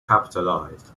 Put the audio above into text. capitalized